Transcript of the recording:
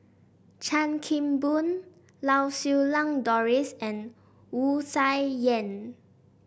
Chan Kim Boon Lau Siew Lang Doris and Wu Tsai Yen